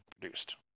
produced